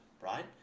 right